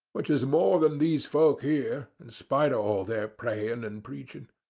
which is more than these folk here, in spite o' all their praying and preaching.